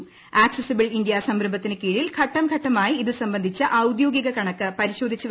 accessible India സംരംഭത്തിനു കീഴിൽ ഘട്ടർപ്പെട്ടമായി ഇതുസംബന്ധിച്ച ഔദ്യോഗിക കണക്ക് പരിശോഗ്പ്പിച്ചു